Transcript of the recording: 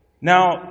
Now